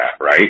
right